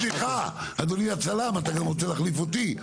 סליחה, אדוני הצלם, אתה רוצה גם להחליף אותי?